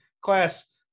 class